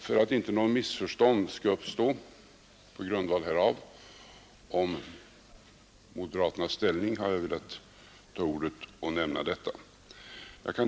För att inte något missförstånd om moderaternas ställning skall uppstå på grund härav har jag velat begära ordet och nämna detta.